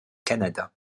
canada